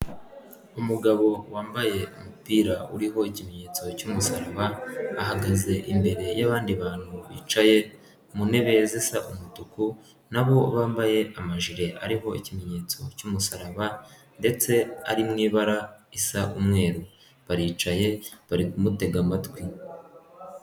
Umugabo wambaye umupira uriho ikimenyetso cy'umusaraba, ahagaze imbere y'abandi bantu bicaye ku ntebe zisa umutuku nabo bambaye amajire ariho ikimenyetso cy'umusaraba ndetse ari mu ibara risa umweru, baricaye bari kumutega amatwi.